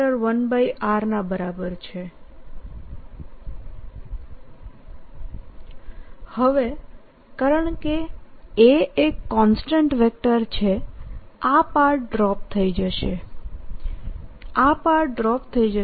A AmBrr3 1r હવેકારણકે A એકકોન્સ્ટન્ટ vector છેઆ પાર્ટ ડ્રોપ થઇ જશેઆ પાર્ટ ડ્રોપ થઇ જશે